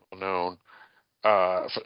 well-known